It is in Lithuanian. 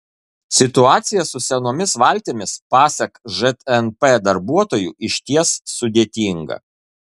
situacija su senomis valtimis pasak žnp darbuotojų išties sudėtinga